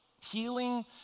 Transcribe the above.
Healing